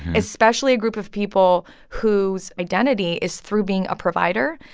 especially a group of people whose identity is through being a provider,